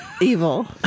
evil